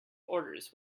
orders